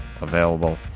available